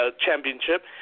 Championship